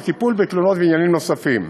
וטיפול בתלונות ועניינים נוספים.